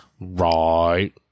Right